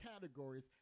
categories